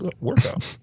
workout